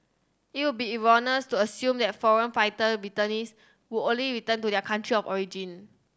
it would be erroneous to assume that foreign fighter returnees would only return to their country of origin